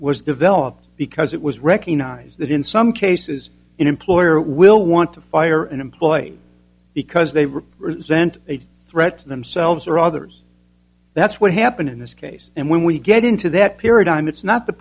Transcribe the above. was developed because it was recognize that in some cases employer will want to fire an employee because they represent a threat to themselves or others that's what happened in this case and when we get into that paradigm it's not the